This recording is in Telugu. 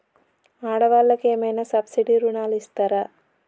ఆడ వాళ్ళకు ఏమైనా సబ్సిడీ రుణాలు ఇస్తారా?